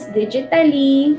digitally